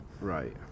right